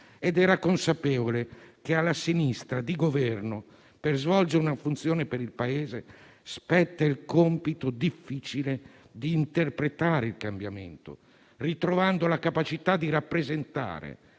ed era consapevole che alla sinistra di Governo, per svolgere una funzione per il Paese, spetta il compito difficile di interpretare il cambiamento, ritrovando la capacità di rappresentare,